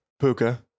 Puka